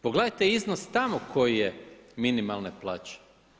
Pogledajte iznos tamo koji je minimalne plaće.